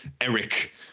Eric